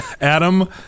adam